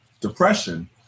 depression